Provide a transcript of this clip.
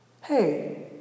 hey